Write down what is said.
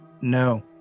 No